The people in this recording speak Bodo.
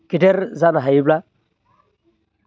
गेदेर जानो हायोब्ला